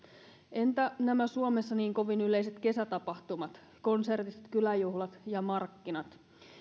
entä nämä suomessa niin kovin yleiset kesätapahtumat konsertit kyläjuhlat ja markkinat